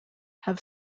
have